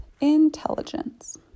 intelligence